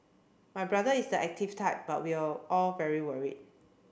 my brother is the active type but we are all very worried